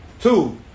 Two